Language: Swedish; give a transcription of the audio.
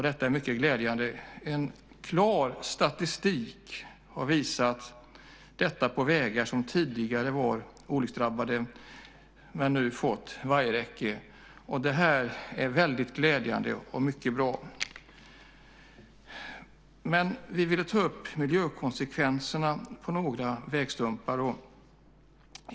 Statistiken visar tydligt att trafiksäkerheten har ökat på tidigare olycksdrabbade vägar som nu försetts vajerräcken, och det är mycket bra och glädjande. Vi vill ta upp miljökonsekvenserna när det gäller några vägstumpar.